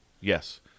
Yes